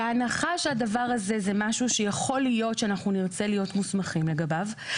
בהנחה שיכול להיות שזה דבר שנרצה להיות מוסמכים לגביו,